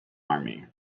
army